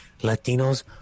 latinos